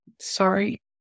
Sorry